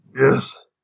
Yes